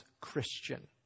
Christian